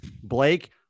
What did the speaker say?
Blake